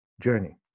journey